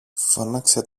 φώναξε